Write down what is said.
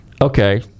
Okay